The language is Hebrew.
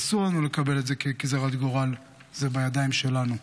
אסור לנו לקבל את זה כגזרת גורל, זה בידיים שלנו.